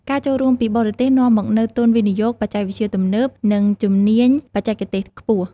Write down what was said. ការចូលរួមពីបរទេសនាំមកនូវទុនវិនិយោគ បច្ចេកវិទ្យាទំនើបនិងជំនាញបច្ចេកទេសខ្ពស់។